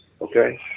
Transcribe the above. okay